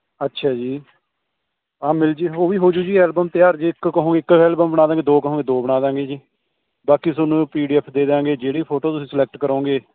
ਅੱਛਾ ਜੀ ਆਹ ਮਿਲ ਜੇ ਉਹ ਵੀ ਹੋਜੂ ਜੀ ਐਲਬਮ ਤਿਆਰ ਜੇ ਇੱਕ ਕਹੋ ਇੱਕ ਐਲਬਮ ਬਣਾ ਦਿਆਂਗੇ ਦੋ ਕਹੋਗੇ ਦੋ ਬਣਾ ਦਾਂਗੇ ਜੀ ਬਾਕੀ ਤੁਹਾਨੂੰ ਪੀ ਡੀ ਐਫ ਦੇ ਦਿਆਂਗੇ ਜਿਹੜੀ ਫੋਟੋ ਤੁਸੀਂ ਸਲੈਕਟ ਕਰੋਗੇ